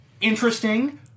interesting